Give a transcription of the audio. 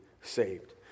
saved